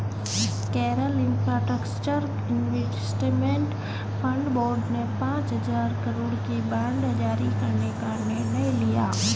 Kerala infrastructure investment fund board ने पांच हजार करोड़ के बांड जारी करने का निर्णय लिया